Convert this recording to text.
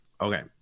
Okay